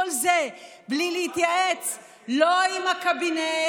כל זה בלי להתייעץ לא עם הקבינט,